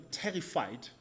terrified